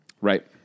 Right